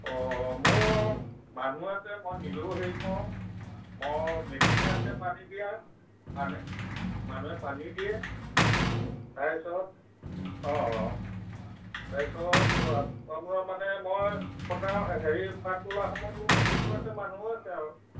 অঁ মোৰ মানুহ আছে মই নিজেও হেৰি কৰোঁ মোৰ মেচিন আছে পানী দিয়া মানুহে পানী দিয়ে তাৰপিছত অঁ তাৰপিছত আপোনাৰ মানে মই কটা হেৰি পাত ওলোৱাৰ সময়ত মোৰ মেচিনো আছে মানুহো আছে আৰু